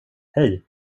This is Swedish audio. hej